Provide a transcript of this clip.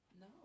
No